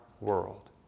world